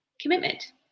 commitment